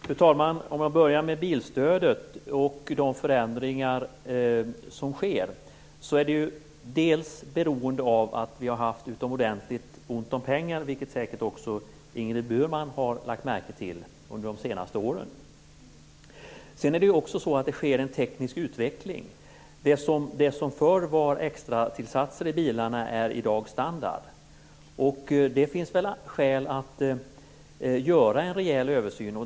Fru talman! Låt mig börja med bilstödet och de förändringar som sker. Detta är ju beroende av att vi har haft utomordentligt ont om pengar, vilket säkert också Ingrid Burman har lagt märke till, under de senaste åren. Sedan sker det ju också en teknisk utveckling. Det som förr var extratillsatser i bilarna är i dag standard. Det finns skäl att göra en rejäl översyn.